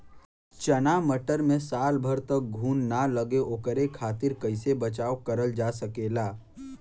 चना मटर मे साल भर तक घून ना लगे ओकरे खातीर कइसे बचाव करल जा सकेला?